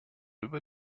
über